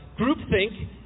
groupthink